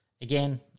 again